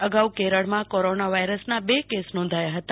અગાઉ કેરળમાં કોરોના વાયરસના બે કેસ નોંધાયા હતા